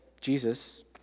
Jesus